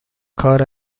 کار